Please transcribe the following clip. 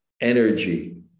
energy